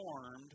formed